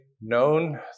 known